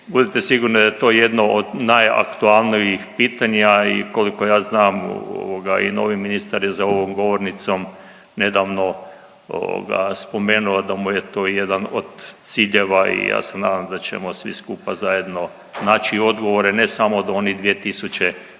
budite sigurni da je to jedno od najaktualnijih pitanja i koliko ja znam i novi ministar je za ovom govornicom nedavno spomenuo da mu je to jedan od ciljeva i ja se nadam da ćemo svi skupa zajedno naći odgovore, ne samo od onih 2000